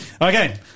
Okay